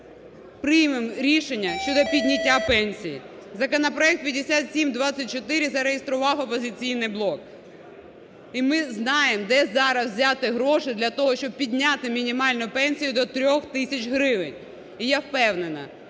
приймемо рішення щодо підняття пенсій. Законопроект 5724 зареєстрував "Опозиційний блок", і ми знаємо, де зараз взяти гроші для того, щоб підняти мінімальну пенсію до 3 тисяч гривень. І я впевнена,